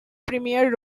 premier